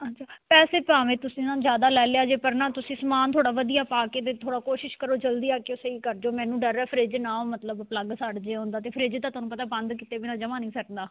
ਆਜਾ ਪੈਸੇ ਭਾਵੇ ਤੁਸੀਂ ਨਾ ਜ਼ਿਆਦਾ ਲੈ ਲਿਓ ਜੀ ਪਰ ਨਾ ਤੁਸੀਂ ਸਮਾਨ ਥੋੜ੍ਹਾ ਵਧੀਆ ਪਾ ਕੇ ਅਤੇ ਥੋੜ੍ਹਾ ਕੋਸ਼ਿਸ਼ ਕਰੋ ਜਲਦੀ ਆ ਕੇ ਉਹ ਸਹੀ ਕਰ ਦਿਓ ਮੈਨੂੰ ਡਰ ਹੈ ਫ੍ਰਿਜ ਨਾ ਮਤਲਬ ਪਲੱਗ ਸੜ੍ਹ ਜਾਏ ਉਹਦਾ ਅਤੇ ਫ੍ਰਿਜ ਤਾਂ ਤੁਹਾਨੂੰ ਪਤਾ ਬੰਦ ਕੀਤੇ ਬਿਨਾਂ ਜਮਾਂ ਨਹੀਂ ਸਰਨਾ